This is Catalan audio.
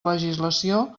legislació